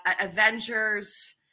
Avengers